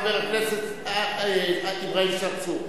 חבר הכנסת אברהים צרצור.